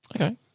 Okay